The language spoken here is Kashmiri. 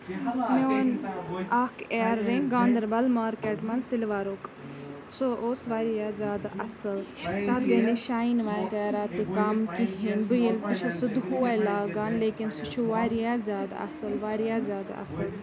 مےٚ اوٚن اکھ اِیررِنٛگ گاندربل مارکیٚٹ منٛز سِلورُک سُہ اوس واریاہ زیادٕ اَصٕل تَتھ گٔے نہٕ شاین وغیرہ تہِ کَم کِہینۍ بہٕ ییٚلہِ ہٕ چھَس سُہ دُہوے لاگان لیکِن سُہ چھُ واریاہ زیادٕ اَصٕل واریاہ زیادٕ اَصٕل